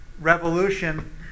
revolution